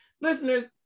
Listeners